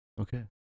Okay